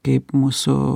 kaip mūsų